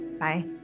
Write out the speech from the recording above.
bye